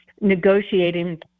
negotiating